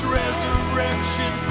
resurrection